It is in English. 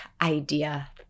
idea